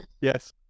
Yes